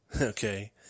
Okay